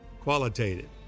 qualitative